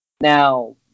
Now